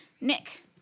Nick